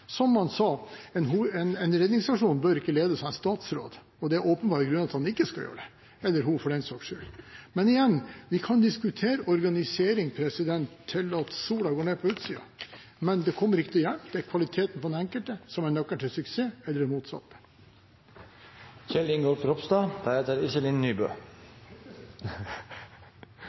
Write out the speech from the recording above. en bedre totalitet. Som man sa: En redningsaksjon bør ikke ledes av en statsråd. Det er åpenbare grunner til at han ikke skal gjøre det – eller hun, for den saks skyld. Men igjen: Vi kan diskutere organisering til sola går ned på utsiden, men det kommer ikke til å hjelpe. Det er kvaliteten hos den enkelte som er nøkkelen til suksess eller til det